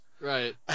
Right